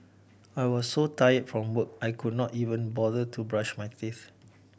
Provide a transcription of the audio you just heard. I was so tired from work I could not even bother to brush my teeth